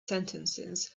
sentences